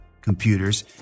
computers